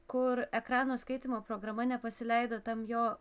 kur ekrano skaitymo programa nepasileido tam jo